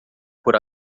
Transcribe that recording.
por